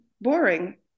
boring